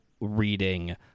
reading